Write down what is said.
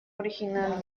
original